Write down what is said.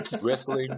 Wrestling